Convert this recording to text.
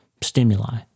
stimuli